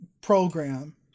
program